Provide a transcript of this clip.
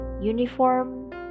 uniform